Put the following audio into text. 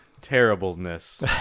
terribleness